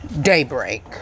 Daybreak